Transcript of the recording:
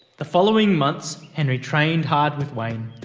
the following months, henry trained hard with wayne.